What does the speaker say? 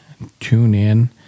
TuneIn